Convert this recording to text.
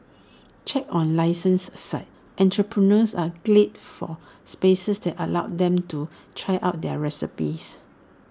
checks on licences aside entrepreneurs are glad for spaces that allow them to try out their recipes